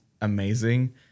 amazing